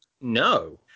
No